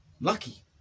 lucky